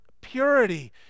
purity